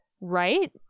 Right